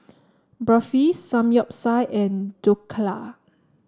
Barfi Samgyeopsal and Dhokla